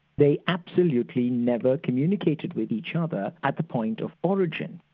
they absolutely never communicated with each other at the point of origin,